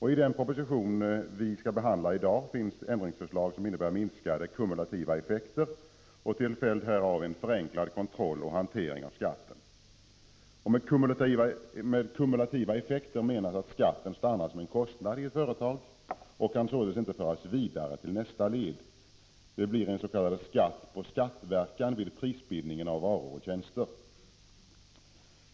I den proposition vi skall behandla i dag finns ändringsförslag som innebär minskade kumulativa effekter och till följd härav en förenklad kontroll och hantering av skatten. Med kumulativa effekter menas att skatten stannar som en kostnad i ett företag och således inte kan föras vidare till nästa led. Det blir en s.k. skatt på skattverkan vid prisbildningen av varor och tjänster.